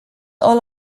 all